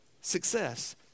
success